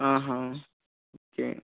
okay